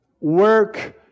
work